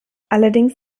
allerdings